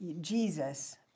Jesus